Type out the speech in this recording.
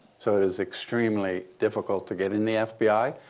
so it is extremely difficult to get in the fbi.